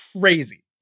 crazy